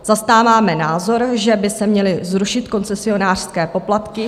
Zastáváme názor, že by se měly zrušit koncesionářské poplatky.